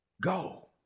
go